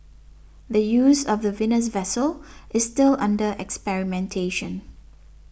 the use of the Venus vessel is still under experimentation